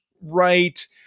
right